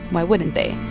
why wouldn't they?